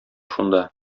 шунда